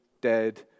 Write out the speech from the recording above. dead